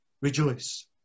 rejoice